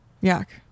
yak